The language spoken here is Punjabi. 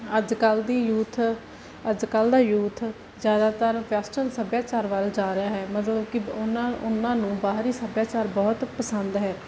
ਅੱਜ ਕੱਲ੍ਹ ਦੀ ਯੂਥ ਅੱਜ ਕੱਲ੍ਹ ਦਾ ਯੂਥ ਜ਼ਿਆਦਾਤਰ ਵੈਸਟਰਨ ਸੱਭਿਆਚਾਰ ਵੱਲ ਜਾ ਰਿਹਾ ਹੈ ਮਤਲਬ ਕਿ ਉਹਨਾਂ ਉਹਨਾਂ ਨੂੰ ਬਾਹਰੀ ਸੱਭਿਆਚਾਰ ਬਹੁਤ ਪਸੰਦ ਹੈ